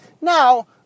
Now